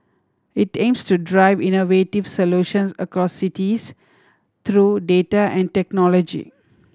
it aims to drive innovative solutions across cities through data and technology